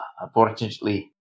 Unfortunately